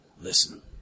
Listen